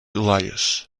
elias